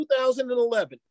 2011